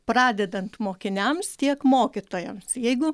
pradedant mokiniams tiek mokytojams jeigu